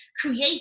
create